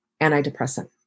antidepressant